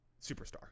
Superstar